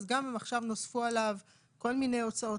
אז גם אם עכשיו נוספו עליו כל מיני הוצאות,